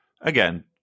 Again